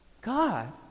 God